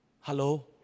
Hello